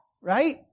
right